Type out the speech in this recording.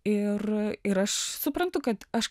ir ir aš suprantu kad aš